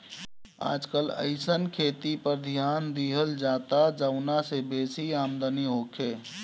आजकल अइसन खेती पर ध्यान देहल जाता जवना से बेसी आमदनी होखे